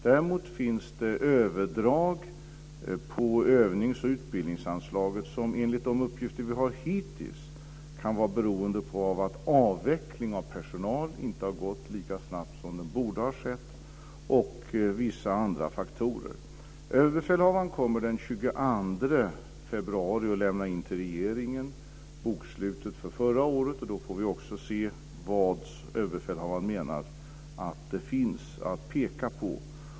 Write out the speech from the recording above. Däremot finns det överdrag på övnings och utbildningsanslaget som, enligt de uppgifter vi har hittills, kan bero på att avveckling av personal inte har gått lika snabbt som den borde ha gjort och vissa andra faktorer. Den 22 februari kommer överbefälhavaren att lämna in bokslutet för förra året till regeringen. Då får vi också se vad överbefälhavaren anser att det finns att peka på.